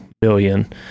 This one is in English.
billion